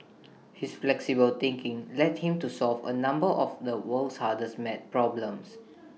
his flexible thinking led him to solve A number of the world's hardest math problems